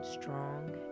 Strong